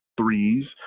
threes